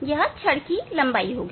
यह छड़ लंबाई होगी